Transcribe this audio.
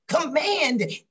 Command